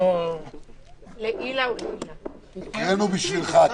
לא --- קראנו בשבילך,